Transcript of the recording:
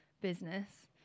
business